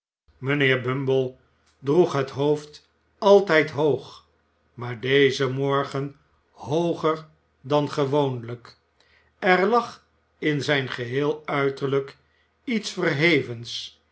mijnheer bumble droeg het hoofd altijd hoog maar dezen morgen hooger dan gewoonlijk er lag in zijn geheel uiterlijk iets verhevens